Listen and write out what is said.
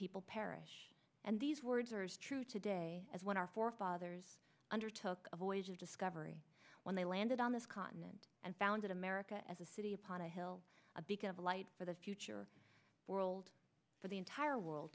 people perish and these words are as true today as when our forefathers undertook a voyage of discovery when they landed on this continent and founded america as a city upon a hill a beacon of light for the future world for the entire world